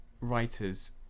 writers